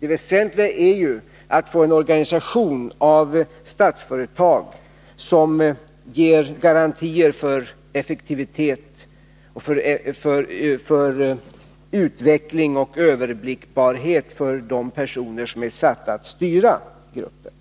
Det väsentliga är ju att få en organisation av Statsföretag som ger garantier för effektivitet och utveckling samt överblickbarhet för de personer som är satta attstyra gruppen.